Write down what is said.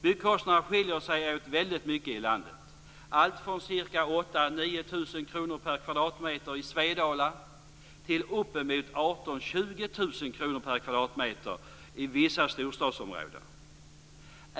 Byggkostnaderna skiljer sig åt väldigt mycket i landet, allt från ca 8 000-9 000 kr per kvadratmeter i Svedala till uppemot 18 000-20 000 kr per kvadratmeter i vissa storstadsområden.